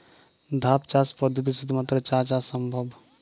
ধাপ চাষ পদ্ধতিতে শুধুমাত্র চা চাষ সম্ভব?